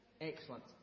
excellent